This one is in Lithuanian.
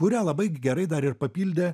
kurią labai gerai dar ir papildė